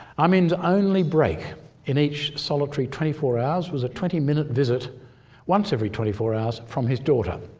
i mean the only break in each solitary twenty four hours was a twenty minute visit once every twenty four hours from his daughter.